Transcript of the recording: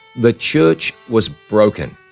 the church was broken,